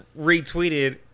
retweeted